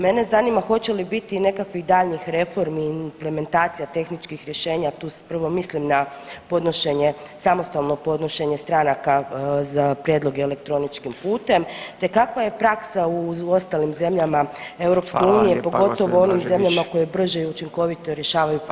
Mene zanima hoće li biti nekakvih daljnjih reformi implementacija tehničkih rješenja, tu prvo mislim na podnošenje samostalno podnošenje stranaka za prijedlog elektroničkim putem te kakva je praksama u ostalim zemljama EU [[Upadica Radin: Hvala lijepo gospođo Blažević.]] pogotovo u onim zemljama koje brže i učinkovito rješavaju predmete?